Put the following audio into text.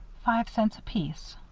five cents apiece.